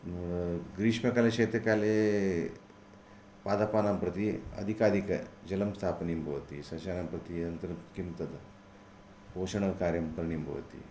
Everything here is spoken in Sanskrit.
ग्रीष्मकाले शैत्यकाले पादपानां प्रति अधिकाधिकं जलं स्थापनीयं भवति सस्यानां प्रति अनन्तरं किं तत् पोषणकार्यं करणीयं भवति